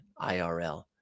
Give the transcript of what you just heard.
IRL